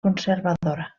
conservadora